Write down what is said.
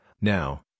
Now